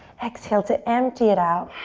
exhale to empty it out.